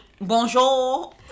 Bonjour